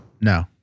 No